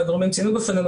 והגורמים ציינו בפנינו,